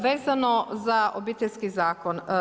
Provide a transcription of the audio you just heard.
Vezano za obiteljski zakon.